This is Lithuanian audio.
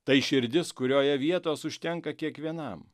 tai širdis kurioje vietos užtenka kiekvienam